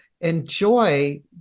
enjoy